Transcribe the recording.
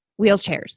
wheelchairs